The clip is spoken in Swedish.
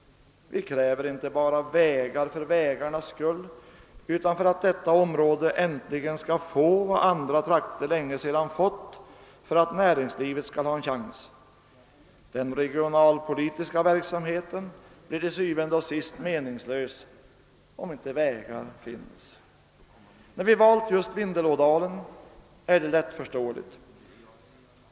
Vi kräver inte bara vägar för vägarnas skull, utan att detta område äntligen skall få vad andra trakter längesedan fått för att näringslivet skall ha en chans. Den regionalpolitiska verksamheten blir til syvende og sidst meningslös, om inte vägar finns. Att vi valt just Vindel-ådalen är lättförståeligt.